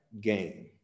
Game